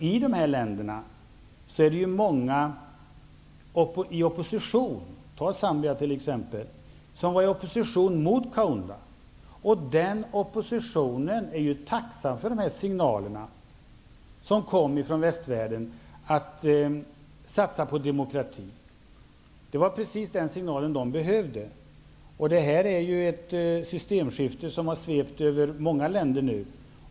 I dessa länder är många i opposition. I Zambia fanns många som var i opposition med Kaunda, och den oppositionen var tacksam för de signaler som kommer från västvärlden om att satsa på demokrati. Det var precis en sådan signal de behövde. Detta systemskifte har svept över många länder.